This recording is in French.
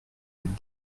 êtes